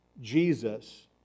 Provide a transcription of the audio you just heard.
Jesus